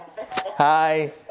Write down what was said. Hi